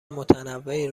متنوعی